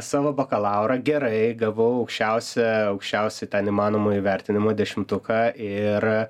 savo bakalaurą gerai gavau aukščiausią aukščiausią įmanomą įvertinimą dešimtuką ir